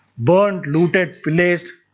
burnt, looted, blazed.